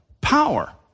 power